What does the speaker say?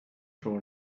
from